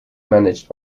managed